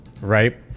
right